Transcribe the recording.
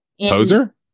poser